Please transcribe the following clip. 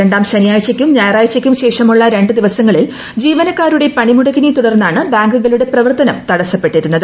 രണ്ടാം ശനിയാഴ്ചക്കും ഞായറാഴ്ചയ്ക്കും ശേഷമുള്ള രണ്ടുദിവസങ്ങളിൽ ജീവനക്കാരുടെ പണിമുടക്കിനെ തുടർന്നാണ് ബാങ്കുകളുടെ പ്രവർത്തനം തടസ്സപ്പെട്ടിരുന്നത്